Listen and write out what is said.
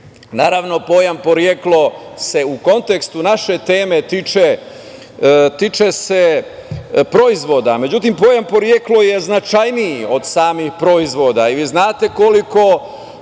Naravno, pojam „poreklo“ se u kontekstu naše teme tiče proizvoda. Međutim, pojam „poreklo“ je značajniji od samih proizvoda. Vi znate koliko